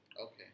okay